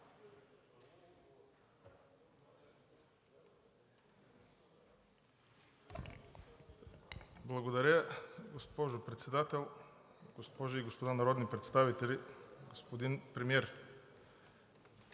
Благодаря, госпожо Председател. Госпожи и господа народни представители! Господин Премиер,